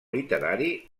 literari